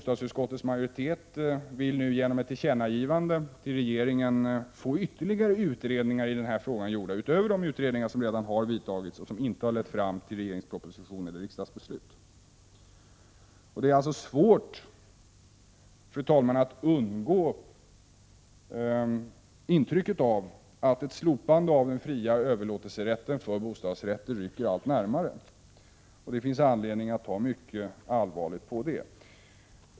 Bostadsutskottets majoritet vill nu genom ett tillkännagivande till regeringen få ytterligare utredningar gjorda i denna fråga, utöver de utredningar som redan vidtagits och som inte harlett fram till någon regeringens proposition eller något riksdagens beslut. Det är svårt, fru talman, att undgå att få intrycket att ett slopande av den fria överlåtelserätten för bostadsrätter rycker allt närmare. Det finns anledning att ta mycket allvarligt på det.